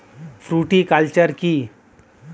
Fruticulture কী?